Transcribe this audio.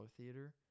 theater